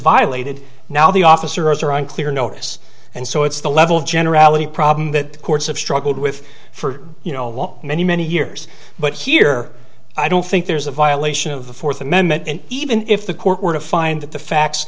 violated now the officers are on clear notice and so it's the level of generality problem that the courts have struggled with for you know what many many years but here i don't think there's a violation of the fourth amendment and even if the court were to find that the facts